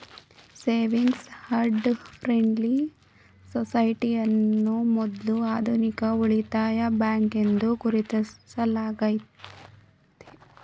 savings and friendly society ಅನ್ನ ಮೊದ್ಲ ಆಧುನಿಕ ಉಳಿತಾಯ ಬ್ಯಾಂಕ್ ಎಂದು ಗುರುತಿಸಲಾಗೈತೆ